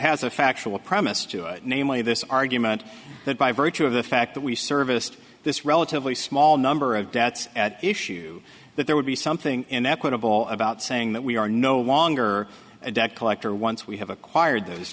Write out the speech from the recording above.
has a factual premise to namely this argument that by virtue of the fact that we serviced this relatively small number of deaths at issue that there would be something in equitable about saying that we are no longer a debt collector once we have acquired those